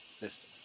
list